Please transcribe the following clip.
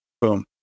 Boom